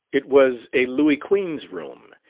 it was a louis quinze room,